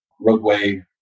roadway